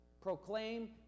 proclaim